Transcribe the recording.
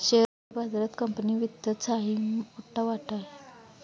share बाजारात company वित्तचाही मोठा वाटा आहे